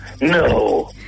no